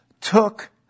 took